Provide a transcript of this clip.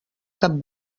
cap